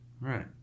right